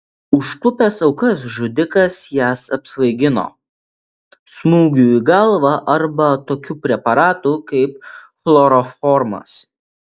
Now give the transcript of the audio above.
užklupęs aukas žudikas jas apsvaigino smūgiu į galvą arba tokiu preparatu kaip chloroformas